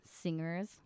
singers